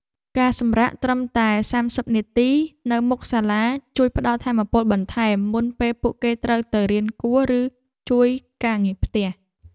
ការសម្រាកត្រឹមតែសាមសិបនាទីនៅមុខសាលាជួយផ្ដល់ថាមពលបន្ថែមមុនពេលពួកគេត្រូវទៅរៀនគួរឬជួយការងារផ្ទះ។